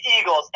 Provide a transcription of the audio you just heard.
Eagles